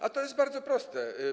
A to jest bardzo proste.